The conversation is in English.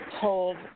told